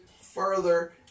further